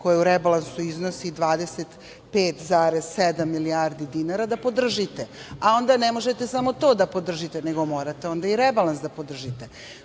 koja u rebalansu iznosi 25,7 milijardi dinara da podržite, a onda ne možete samo to da podržite, nego morate onda i rebalans da podržite. To